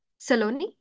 Saloni